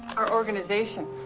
our organization.